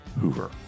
Hoover